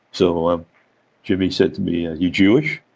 so um jimi said to me, you jewish?